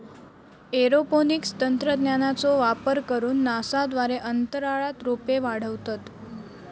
aeroponics तंत्रज्ञानाचो वापर करून नासा द्वारे अंतराळात रोपे वाढवतत